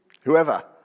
whoever